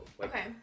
Okay